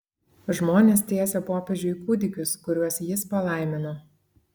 žmonės tiesė popiežiui kūdikius kuriuos jis palaimino